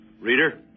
Reader